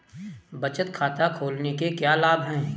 बचत खाता खोलने के क्या लाभ हैं?